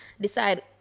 decide